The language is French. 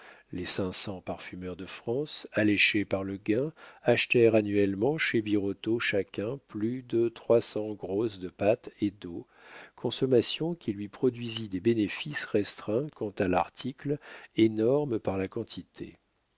les cinq cents parfumeurs de france alléchés par le gain achetèrent annuellement chez birotteau chacun plus de trois cents grosses de pâte et d'eau consommation qui lui produisit des bénéfices restreints quant à l'article énormes par la quantité